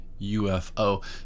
UFO